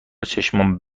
چشمام